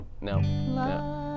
no